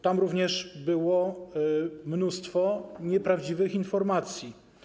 Tam również było mnóstwo nieprawdziwych informacji.